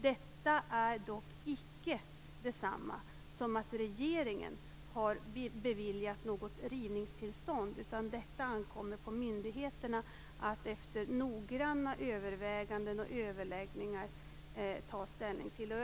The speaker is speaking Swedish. Detta är dock icke detsamma som att regeringen har beviljat något rivningstillstånd. Det ankommer på myndigheterna att efter noggranna överväganden och överläggningar ta ställning till detta.